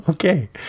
Okay